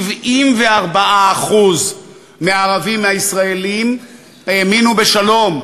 74% מהערבים הישראלים האמינו בשלום,